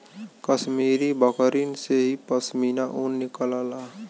कश्मीरी बकरिन से ही पश्मीना ऊन निकलला